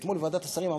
אתמול בוועדת השרים,